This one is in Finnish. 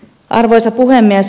arvoisa puhemies